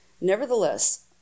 Nevertheless